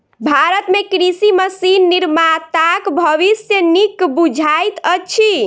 भारत मे कृषि मशीन निर्माताक भविष्य नीक बुझाइत अछि